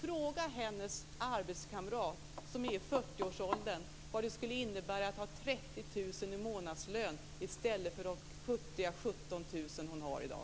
Fråga hennes arbetskamrat i 40-årsåldern vad det skulle innebära att ha 30 000 kr i månadslön i stället för de futtiga 17 000 kr som hon har i dag!